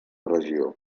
regió